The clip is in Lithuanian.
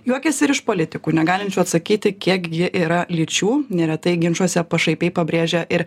juokiasi ir iš politikų negalinčių atsakyti kiek gi yra lyčių neretai ginčuose pašaipiai pabrėžia ir